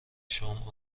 شام